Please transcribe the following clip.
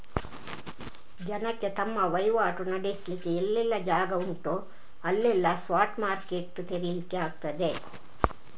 ಜನಕ್ಕೆ ತಮ್ಮ ವೈವಾಟು ನಡೆಸ್ಲಿಕ್ಕೆ ಎಲ್ಲೆಲ್ಲ ಜಾಗ ಉಂಟೋ ಅಲ್ಲೆಲ್ಲ ಸ್ಪಾಟ್ ಮಾರ್ಕೆಟ್ ತೆರೀಲಿಕ್ಕೆ ಆಗ್ತದೆ